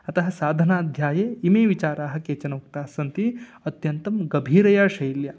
अतः साधनाध्याये इमे विचाराः केचन उक्तास्सन्ति अत्यन्तं गभीरया शैल्या